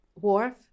Wharf